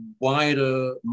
wider